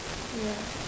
ya